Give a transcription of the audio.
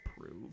prove